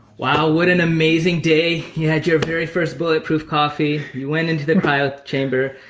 wow, what an amazing day. you had your very first bulletproof coffee, you went into the cryo chamber,